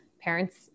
parents